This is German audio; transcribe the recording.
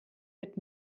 wird